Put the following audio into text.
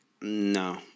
no